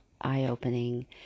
eye-opening